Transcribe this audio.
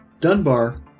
Dunbar